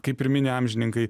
kaip ir minėjo amžininkai